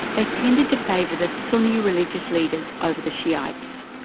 they tended to favour the sunni religious leaders over the shiites.